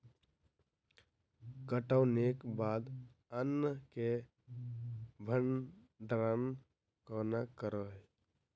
कटौनीक बाद अन्न केँ भंडारण कोना करी?